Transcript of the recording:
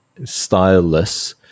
styleless